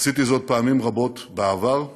עשיתי זאת פעמים רבות בעבר,